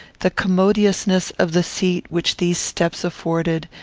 the commodiousness of the seat which these steps afforded,